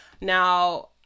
Now